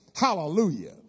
Hallelujah